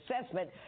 assessment